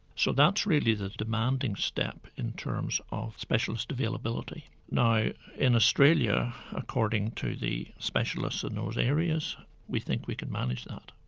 so that's really the demanding step in terms of specialist availability. now in australia according to the specialists in those areas we think we can manage that.